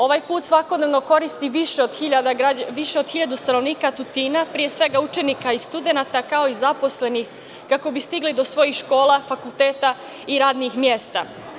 Ovaj put svakodnevno koristi više od hiljadu stanovnika Tutina, pre svega učenika i studenata, kao i zaposlenih, kako bi stigli do svojih škola, fakulteta i radnih mesta.